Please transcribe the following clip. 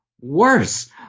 worse